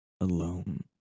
alone